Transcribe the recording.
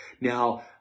Now